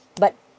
but